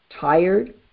tired